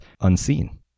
unseen